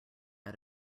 out